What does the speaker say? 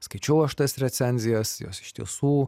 skaičiau aš tas recenzijas jos iš tiesų